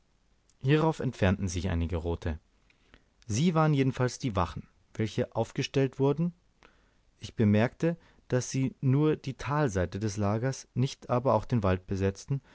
hierauf entfernten sich einige rote sie waren jedenfalls die wachen welche ausgestellt wurden ich bemerkte daß sie nur die talseite des lagers nicht aber auch den wald besetzten